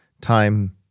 time